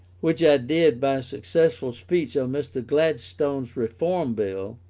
which i did by a successful speech on mr. gladstone's reform bill,